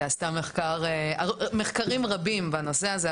שעשתה מחקרים רבים בנושא הזה,